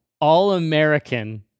All-American